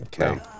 Okay